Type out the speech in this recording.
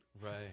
right